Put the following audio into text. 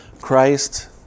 Christ